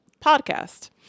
podcast